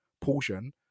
Portion